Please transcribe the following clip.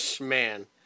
Man